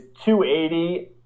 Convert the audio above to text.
280